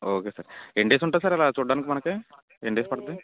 okay sir ఎన్ని days ఉంటుంది sir అలా చూడడానికి మనకు ఎన్ని డేస్ పడుతుంది